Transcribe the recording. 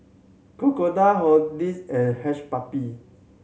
Crocodile Horti and Hush Puppie